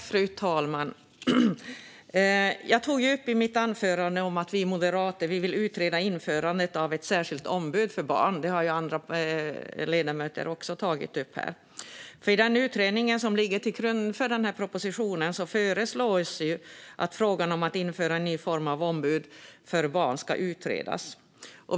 Fru talman! Jag tog i mitt anförande upp att vi i Moderaterna vill utreda införandet om ett särskilt ombud för barn. Det här har även andra ledamöter tagit upp. I den utredning som ligger till grund för propositionen föreslås att frågan om att införa en ny form av ombud för barn ska utredas.